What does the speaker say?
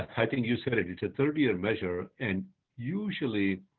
i think you said it's a thirty year measure and usually